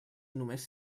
només